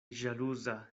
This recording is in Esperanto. ĵaluza